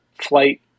flight